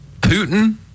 Putin